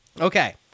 Okay